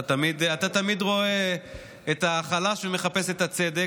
אתה תמיד רואה את החלש ומחפש את הצדק,